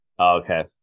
Okay